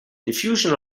diffusion